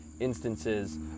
instances